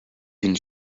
une